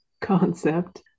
concept